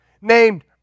named